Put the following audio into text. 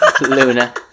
Luna